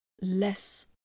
less